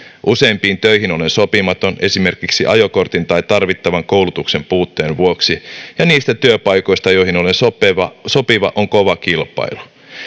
useimpiin töihin olen sopimaton esimerkiksi ajokortin tai tarvittavan koulutuksen puutteen vuoksi ja niistä työpaikoista joihin olen sopiva sopiva on kova kilpailu